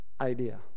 idea